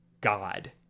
God